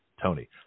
Tony